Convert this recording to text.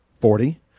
Forty